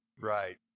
Right